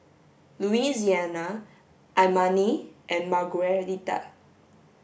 Louisiana Imani and Margueritta